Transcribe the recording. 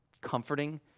comforting